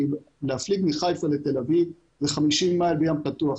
להפליג מחיפה לתל אביב, זה 50 מייל בים פתוח.